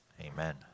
amen